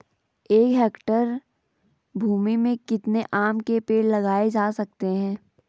एक हेक्टेयर भूमि में कितने आम के पेड़ लगाए जा सकते हैं?